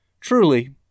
Truly